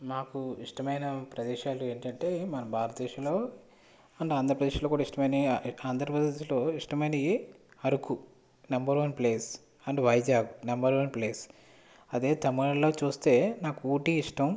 నాకు ఇష్టమైన ప్రదేశాలు ఏంటంటే మన భారత దేశంలో ఆంధ్రప్రదేశ్లో ఇష్టమైనవి Araku number one place and Vizag number one place అదే తమిళనాడులో చూస్తే నాకు ఊటీ ఇష్టం